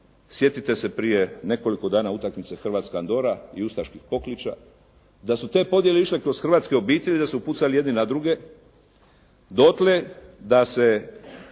Sjetite se prije nekoliko dana utakmice Hrvatska – Andora, i ustaških pokliča, da su te podjele išle kroz hrvatske obitelji, da su pucali jedni na druge, dotle da se